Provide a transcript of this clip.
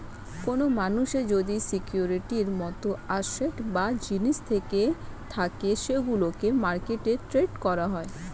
কোন মানুষের যদি সিকিউরিটির মত অ্যাসেট বা জিনিস থেকে থাকে সেগুলোকে মার্কেটে ট্রেড করা হয়